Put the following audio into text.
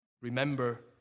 Remember